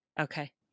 Okay